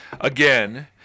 again